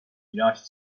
united